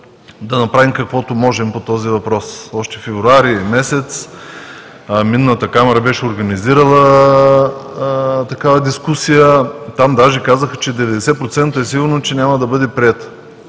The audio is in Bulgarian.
да направим каквото можем по този въпрос. Още през месец февруари Минната камара беше организирала такава дискусия. Там даже казаха, че 90% е сигурно, че няма да бъде приета.